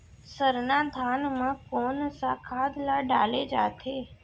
सरना धान म कोन सा खाद ला डाले जाथे?